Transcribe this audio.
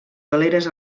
galeres